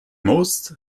most